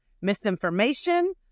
misinformation